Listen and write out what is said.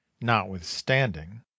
notwithstanding